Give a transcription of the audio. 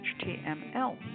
html